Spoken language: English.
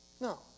No